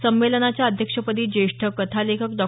संमेलनाच्या अध्यक्षपदी ज्येष्ठ कथालेखक डॉ